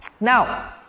Now